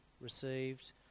received